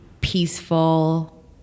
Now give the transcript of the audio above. peaceful